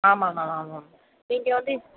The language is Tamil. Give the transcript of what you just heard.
ஆமாம் மேம் ஆமாம் மேம் நீங்கள் வந்து